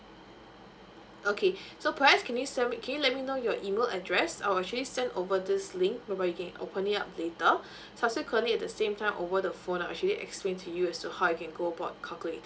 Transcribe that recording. okay so perhaps can you send me can you let me know your email address I will actually send over this link perhaps you can opening up later subsequently at the same time over the phone I'll actually explain to you so how you can go about calculating